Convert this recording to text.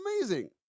amazing